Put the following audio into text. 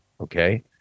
okay